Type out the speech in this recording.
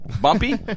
Bumpy